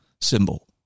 symbol